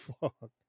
fuck